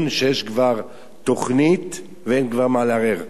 שיש כבר תוכנית ואין כבר מה לערער.